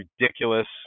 ridiculous